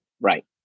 right